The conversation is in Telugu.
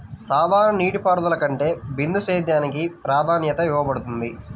సాధారణ నీటిపారుదల కంటే బిందు సేద్యానికి ప్రాధాన్యత ఇవ్వబడుతుంది